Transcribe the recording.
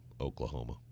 Oklahoma